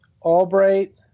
Albright